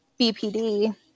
BPD